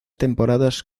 temporadas